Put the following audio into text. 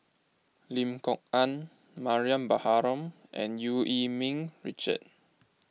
Lim Kok Ann Mariam Baharom and Eu Yee Ming Richard